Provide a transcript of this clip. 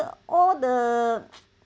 the all the